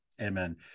amen